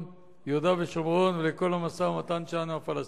יהודה ושומרון וכל המשא-ומתן שלנו עם הפלסטינים.